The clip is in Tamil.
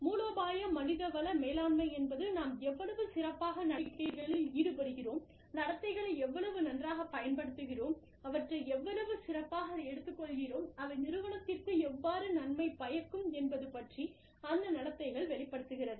மூலோபாய மனிதவள மேலாண்மை என்பது நாம் எவ்வளவு சிறப்பாக நடவடிக்கைகளில் ஈடுபடுகிறோம் நடத்தைகளை எவ்வளவு நன்றாகப் பயன்படுத்துகிறோம் அவற்றை எவ்வளவு சிறப்பாக எடுத்துக்கொள்கிறோம் அவை நிறுவனத்திற்கு எவ்வாறு நன்மை பயக்கும் என்பது பற்றி அந்த நடத்தைகள் வெளிப்படுத்துகிறது